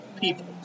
people